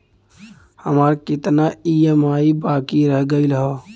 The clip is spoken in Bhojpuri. हमार कितना ई ई.एम.आई बाकी रह गइल हौ?